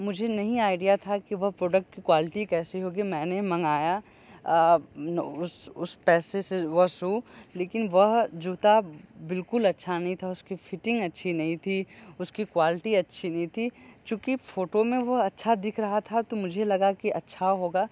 मुझे नही आइडीया था कि वो प्रोडक्ट क्वालिटी कैसी होगी मैंने मंगाया उस उस पैसे से वो शूज लेकिन वह जूता बिल्कुल अच्छा नही था उसकी फिटिंग अच्छी नहीं थी उसकी क्वालिटी अच्छी नहीं थी चूंकि फोटो में वो अच्छा दिख रहा था तो मुझे लगा कि अच्छा होगा